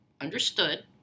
understood